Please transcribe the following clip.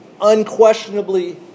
unquestionably